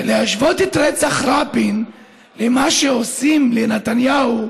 להשוות את רצח רבין למה שעושים לנתניהו,